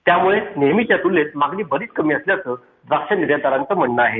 यामुळे नेहमीच्या तुलनेत मागणी बरीच कमी असल्याचं निर्यातदारांचं म्हणणं आहे